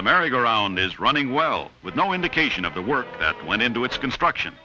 the merry go round is running well with no indication of the work that went into its construction